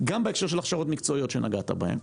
הוא בהקשר של ההכשרות המקצועיות שנגעת בהן.